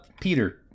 peter